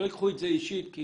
שלא ייקחו את זה אישית כי